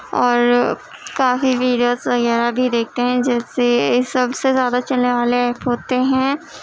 اور کافی ویڈیوز وغیرہ بھی دیکھتے ہیں جس سے یہ سب سے زیادہ چلنے والے ایپ ہوتے ہیں